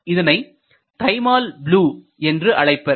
இதனை thymol blue என்று அழைப்பர்